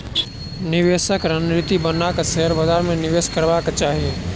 निवेशक रणनीति बना के शेयर बाजार में निवेश करबाक चाही